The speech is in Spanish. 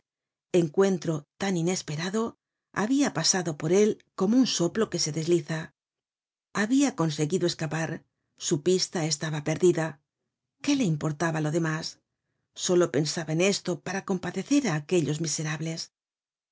encuentro tan inesperado habia pasado por él como un soplo que se desliza habia conseguido escapar su pista estaba perdida qué le importaba lo demás solo pensaba en esto para compadecer á aquellos miserables estaban ya